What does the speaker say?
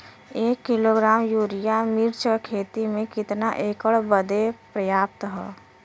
एक kilogram urea मिर्च क खेती में कितना एकड़ बदे पर्याप्त ह?